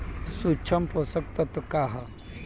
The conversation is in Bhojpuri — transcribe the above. सूक्ष्म पोषक तत्व का ह?